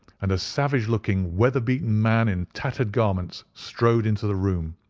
and a savage-looking, weather-beaten man in tattered garments strode into the room.